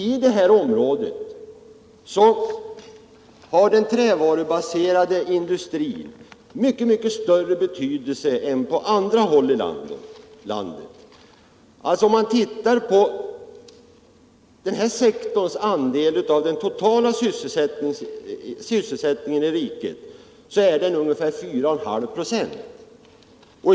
I det här området har den trävarubaserade industrin mycket större betydelse än på andra håll i landet. Om man tittar på denna sektors andel av den totala sysselsättningen i riket, finner man att den är ungefär 4,5 96.